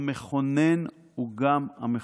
המכונן הוא גם המחוקק.